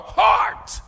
heart